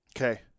Okay